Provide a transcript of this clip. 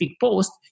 post